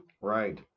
Right